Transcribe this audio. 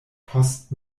post